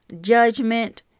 judgment